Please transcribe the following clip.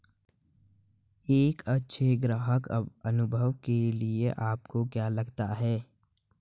एक अच्छे ग्राहक अनुभव के लिए आपको क्या लगता है?